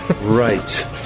right